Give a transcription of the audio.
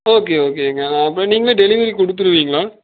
okay ஓகேங்க அப்புறம் நீங்களே டெலிவரி கொடுத்துருவீங்களா